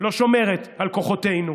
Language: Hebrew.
לא שומרת על כוחותינו.